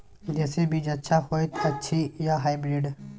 देसी बीज अच्छा होयत अछि या हाइब्रिड?